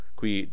qui